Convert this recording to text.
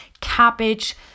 cabbage